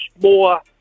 more